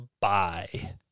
Bye